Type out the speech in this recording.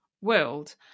world